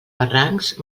barrancs